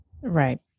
Right